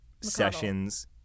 Sessions